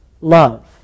love